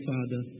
Father